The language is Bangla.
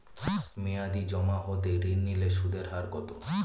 মেয়াদী জমা হতে ঋণ নিলে সুদের হার কত?